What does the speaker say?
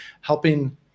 helping